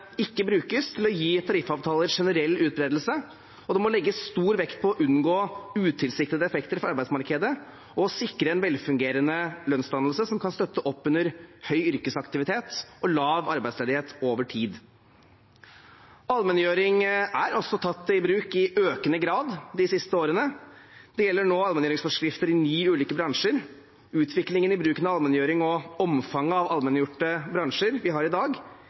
ikke brukes til å gi tariffavtaler generell utbredelse, og det må legges stor vekt på å unngå utilsiktede effekter for arbeidsmarkedet og sikre en velfungerende lønnsdannelse, som kan støtte opp under høy yrkesaktivitet og lav arbeidsledighet over tid. Allmenngjøring er også tatt i bruk i økende grad de siste årene. Det gjelder nå allmenngjøringsforskrifter i ni ulike bransjer. Utviklingen i bruken av allmenngjøring og omfanget av allmenngjorte bransjer vi har i dag,